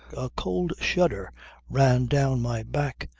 a cold shudder ran down my back.